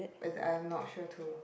is I'm not sure too